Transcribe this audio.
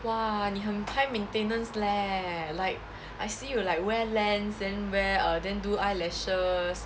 !wah! 你很 high maintenance leh like I see you like wear lens then wear err then do eyelashes